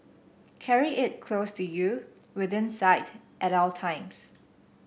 carry it close to you within sight at all times